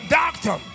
doctor